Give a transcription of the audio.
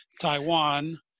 Taiwan